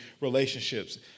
relationships